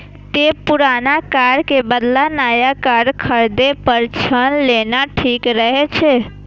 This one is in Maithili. तें पुरान कार के बदला नया कार खरीदै पर ऋण लेना ठीक रहै छै